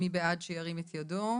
מי בעד, ירים את ידו.